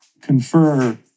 confer